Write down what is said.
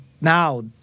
Now